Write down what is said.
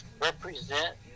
Represent